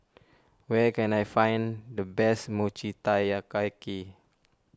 where can I find the best Mochi Taiyaki